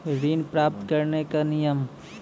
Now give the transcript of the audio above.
ऋण प्राप्त करने कख नियम?